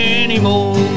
anymore